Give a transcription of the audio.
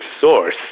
source